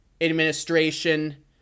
Administration